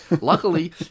Luckily